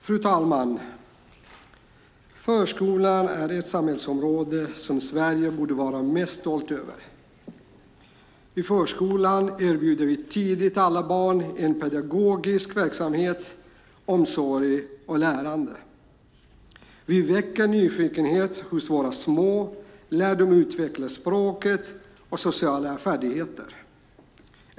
Fru talman! Förskolan är ett samhällsområde som Sverige borde vara mest stolt över. I förskolan erbjuder vi tidigt alla barn pedagogisk verksamhet, omsorg och lärande. Vi väcker nyfikenhet hos våra små och låter dem utveckla språket och sociala färdigheter.